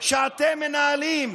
שאתם מנהלים,